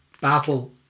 battle